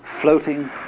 floating